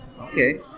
Okay